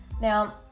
Now